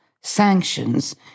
sanctions